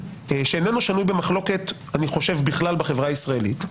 שאיננו שנוי במחלוקת בכלל בחברה הישראלית,